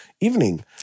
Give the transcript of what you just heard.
evening